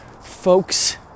folks